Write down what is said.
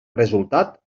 resultat